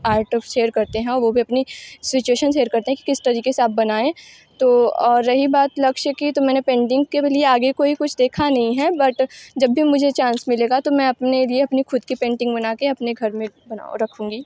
art share करते हैं वो भी अपनी सिचुएशन सेयर करते हैं कि किस तरीक़े से आप बनाऍं तो और रही बात लक्ष्य की तो मैंने पेंटिंग के भी लिए आगे कोई कुछ देखा नहीं है बट जब भी मुझे चांस मिलेगा तो मैं अपने लिए अपनी ख़ुद की पेंटिंग बना के अपने घर में बना रखूँगी